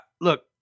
Look